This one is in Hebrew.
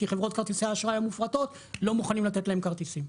כי חברות כרטיסי האשראי המופרטות לא מוכנות לתת להם כרטיסים.